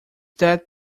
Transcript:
that